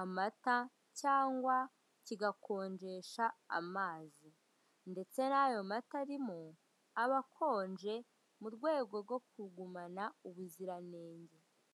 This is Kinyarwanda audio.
amata cyangwa kigakonjesha amazi ndetse nayo mata arimo aba akonje mu rwego rwo kugumana ubuziranenge.